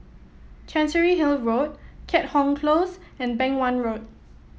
Chancery Hill Road Keat Hong Close and Beng Wan Road